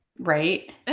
right